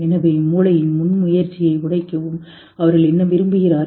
எனவே மூளையின் முன்முயற்சியை உடைக்கவும் அவர்கள் என்ன விரும்புகிறார்கள்